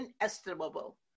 inestimable